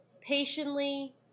patiently